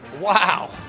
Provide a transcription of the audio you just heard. Wow